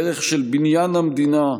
דרך של בניין המדינה,